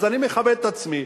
אז אני מכבד את עצמי,